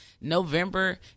November